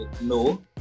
No